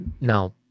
now